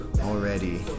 already